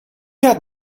had